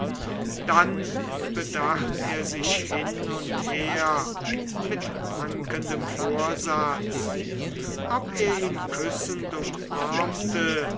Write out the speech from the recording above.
dann bedacht er sich hin und her mit wankendem vorsatz ob er ihn küssend umarmte